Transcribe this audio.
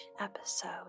episode